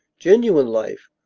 genuine life,